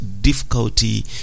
difficulty